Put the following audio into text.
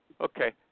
Okay